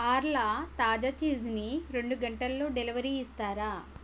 ఆర్లా తాజా చీజ్ని రెండు గంటల్లో డెలివరీ ఇస్తారా